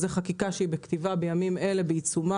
יש חקיקה שמקודמת בנושא בימים אלו ממש.